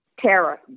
Tara